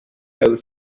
old